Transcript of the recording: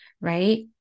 right